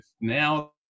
now